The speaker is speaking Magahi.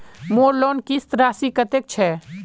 मोर लोन किस्त राशि कतेक छे?